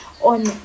on